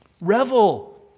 Revel